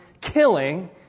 killing